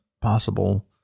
possible